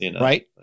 Right